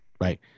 right